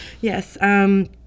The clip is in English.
Yes